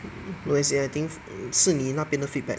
no is I think 是你那边的 feedback